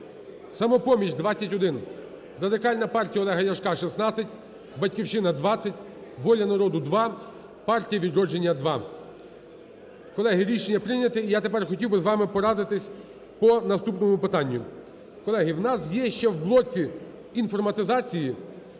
"Самопоміч" – 21, Радикальна партія Олега Ляшка – 16, "Батьківщина" – 20, "Воля народу" – 2, "Партія "Відродження"– 2. Колеги, рішення прийняте. І я тепер хотів би з вами порадитись по наступному питанню. Колеги, у нас є ще в блоці інформатизації